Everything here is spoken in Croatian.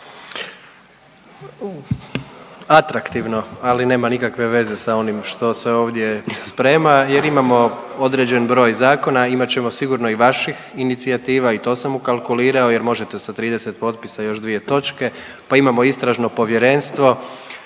Atraktivno, ali nema nikakve veze sa onim što se ovdje sprema jer imamo određen broj zakona, imat ćemo sigurno i vaših inicijativa i to sam ukalkulirao jer možete sa 30 potpisa još dvije točke, pa imamo Istražno povjerenstvo